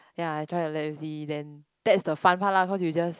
ya and try to let you see then that's the fun part lah cause you just